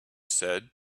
said